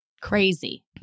Crazy